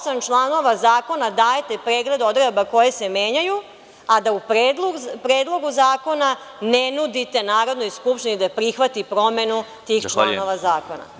Osam članova zakona dajete pregled odredaba koje se menjaju, a da u predlogu zakona ne nudite Narodnoj skupštini da prihvati promenu tih članova zakona.